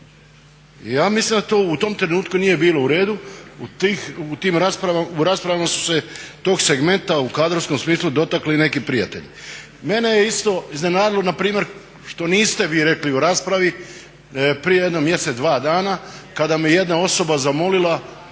Ja mislim da to u tom trenutku nije bilo u redu. U raspravama tog segmenta su se u kadrovskom smislu dotakli neki prijatelji. Mene je isto iznenadilo npr. što niste vi rekli u raspravi prije jedno mjesec-dva dana kada me jedna osoba zamolila,